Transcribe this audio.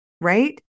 Right